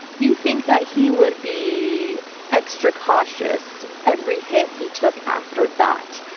you think that he would be extra cautious every hit he took after that,